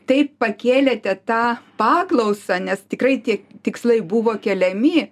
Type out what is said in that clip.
taip pakėlėte tą paklausą nes tikrai tie tikslai buvo keliami